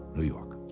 new york.